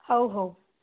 ହଉ ହଉ